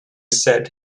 said